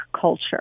culture